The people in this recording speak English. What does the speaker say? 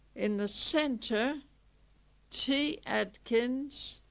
in the centre t adkins,